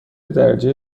درجه